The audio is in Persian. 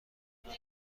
نوع